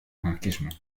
anarquismo